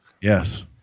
Yes